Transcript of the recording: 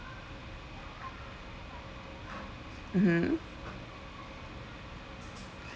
mmhmm